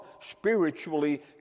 spiritually